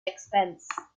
expense